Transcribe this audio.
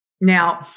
Now